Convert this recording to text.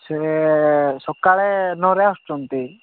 ସିଏ ସକାଳେ ନଅରେ ଆସୁଛନ୍ତି